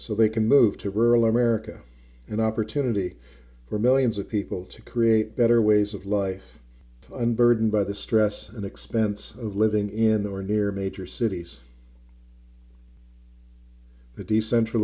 so they can move to rural america an opportunity for millions of people to create better ways of life and burdened by the stress and expense of living in or near major cities the decentral